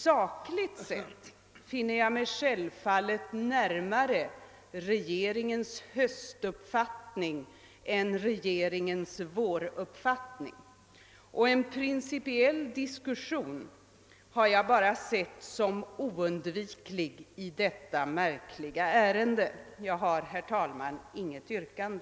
Sakligt sett befinner jag mig självfallet närmare regeringens höstuppfattning än regeringens våruppfattning, och en principiell deklaration har jag bara sett som oundviklig i detta märkliga ärende. Jag har, herr talman, inget yrkande.